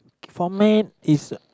format is a